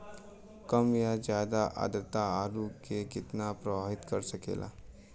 कम या ज्यादा आद्रता आलू के कितना प्रभावित कर सकेला?